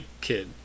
Kid